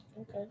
okay